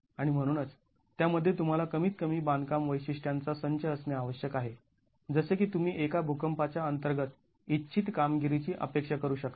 आणि म्हणूनच त्यामध्ये तुम्हाला कमीत कमी बांधकाम वैशिष्ट्यांचा संच असणे आवश्यक आहे जसे की तुम्ही एका भुकंपाच्या अंतर्गत इच्छित कामगिरीची अपेक्षा करू शकता